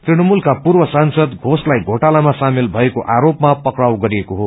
तृणमूलका पूर्व सांसद घोषलाई घोटालामा सामेल भएको आरोपमा पक्राउ गरिएको हो